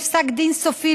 בפסק דין סופי,